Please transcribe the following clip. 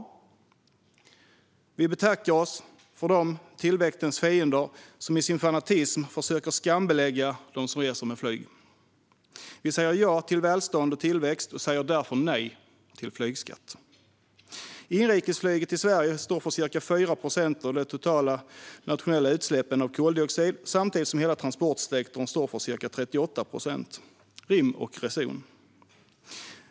Vi betackar oss för de tillväxtens fiender som i sin fanatism försöker skambelägga dem som reser med flyg. Vi säger ja till välstånd och tillväxt och säger därför nej till flygskatt. Inrikesflyget i Sverige står för ca 4 procent av de totala nationella utsläppen av koldioxid, samtidigt som hela transportsektorn står för ca 38 procent - rim och reson!